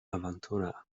awantura